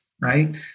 right